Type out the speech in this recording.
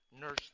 nurse